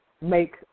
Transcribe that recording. make